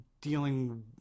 dealing